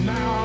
Now